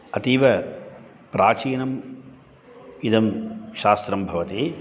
अतीव प्राचीनम् इदं शास्त्रं भवति